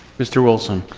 mr. wilson.